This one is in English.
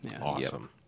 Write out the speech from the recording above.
Awesome